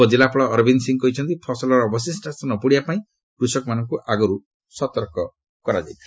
ଉପଜିଲ୍ଲାପାଳ ଅରବିନ୍ଦ ସିଂହ କହିଛନ୍ତି ଫସଲର ଅବଶିଷ୍ଟାଂଶ ନପୋଡ଼ିବା ପାଇଁ କୃଷକମାନଙ୍କୁ ଆଗରୁ ସତର୍କ କରାଯାଇଥିଲା